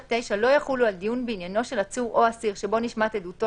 עד 9 לא יחולו על דיון בעניינו של עצור או אסיר שבו נשמעת עדותו